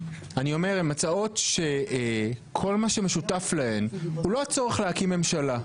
הן הצעות שכל מה שמשותף להן הוא לא הצורך להקים ממשלה.